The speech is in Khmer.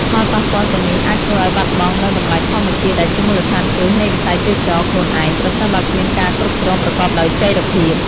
ផលប៉ះពាល់ទាំងនេះអាចធ្វើឲ្យបាត់បង់នូវតម្លៃធម្មជាតិដែលជាមូលដ្ឋានគ្រឹះនៃវិស័យទេសចរណ៍ខ្លួនឯង ប្រសិនបើគ្មានការគ្រប់គ្រងប្រកបដោយចីរភាព។